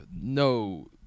no